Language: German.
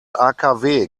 akw